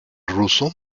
ruso